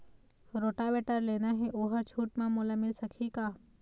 Rotavator लेना हे ओहर छूट म मोला मिल सकही का?